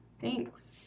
Thanks